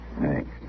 Thanks